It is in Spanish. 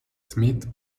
smith